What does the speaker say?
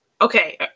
Okay